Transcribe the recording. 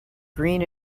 green